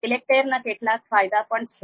ઈલેકટેર ના કેટલાક ફાયદા પણ છે